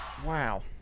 Wow